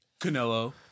Canelo